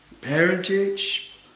parentage